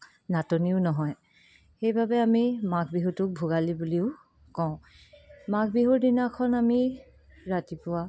নাটনিও নহয় সেইবাবে মাঘ বিহটোক আমি ভোগালী বুলিও কওঁ মাঘ বিহুৰ দিনাখন আমি ৰাতিপুৱা